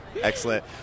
Excellent